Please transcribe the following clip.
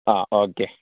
ആ ഓക്കെ